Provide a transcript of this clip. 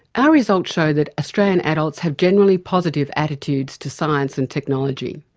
our results show that australia's adults have generally positive attitudes to science and technology.